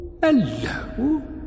Hello